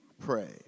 pray